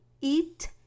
eat